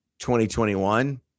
2021